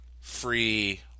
free